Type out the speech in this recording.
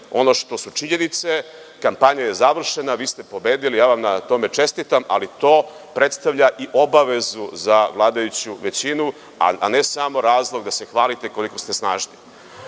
ono što su činjenice. Kampanja je završena, vi ste pobedili i ja vam na tome čestitam, ali to predstavlja i obavezu za vladajuću većinu, a ne samo razlog da se hvalite koliko ste snažni.